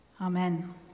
amen